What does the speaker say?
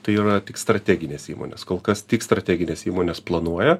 tai yra tik strateginės įmonės kol kas tik strateginės įmonės planuoja